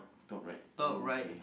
talk right okay